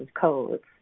codes